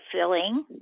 filling